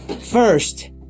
First